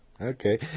Okay